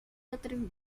atrevido